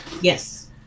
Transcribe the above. Yes